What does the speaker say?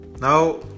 now